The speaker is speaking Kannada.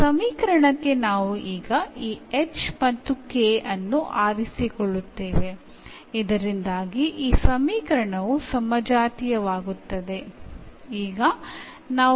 ಈ ಸಮೀಕರಣಕ್ಕೆ ನಾವು ಈಗ ಈ h ಮತ್ತು k ಅನ್ನು ಆರಿಸಿಕೊಳ್ಳುತ್ತೇವೆ ಇದರಿಂದಾಗಿ ಈ ಸಮೀಕರಣವು ಸಮಜಾತೀಯವಾಗುತ್ತದೆ